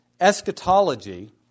eschatology